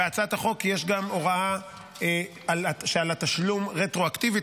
בהצעת החוק יש גם הוראה על התשלום רטרואקטיבית.